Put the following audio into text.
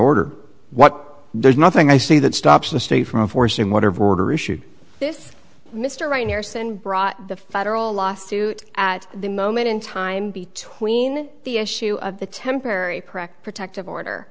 order what there's nothing i see that stops the state from forcing whatever order issued this mr right here stand brought the federal lawsuit at the moment in time between the issue of the temporary correct protective order